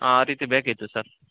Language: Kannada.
ಆ ರೀತಿ ಬೇಕಿತ್ತು ಸರ್